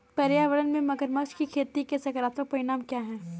पर्यावरण में मगरमच्छ की खेती के सकारात्मक परिणाम क्या हैं?